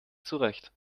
zurecht